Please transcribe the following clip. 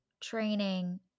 training